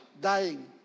dying